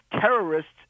terrorists